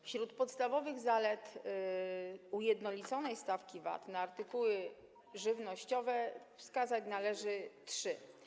Wśród podstawowych zalet ujednoliconej stawki VAT na artykuły żywnościowe wskazać należy trzy.